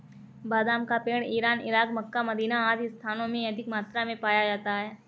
बादाम का पेड़ इरान, इराक, मक्का, मदीना आदि स्थानों में अधिक मात्रा में पाया जाता है